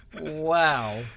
Wow